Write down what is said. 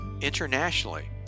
internationally